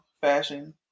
fashion